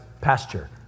pasture